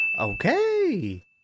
okay